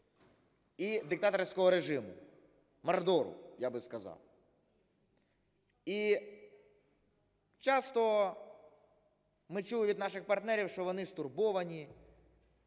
і диктаторського режиму, Мордору я би сказав. І часто ми чули від наших партнерів, що вони стурбовані,